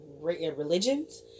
religions